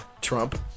Trump